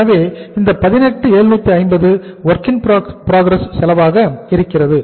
எனவே இந்த 18750 WIP செலவாக இருக்கிறது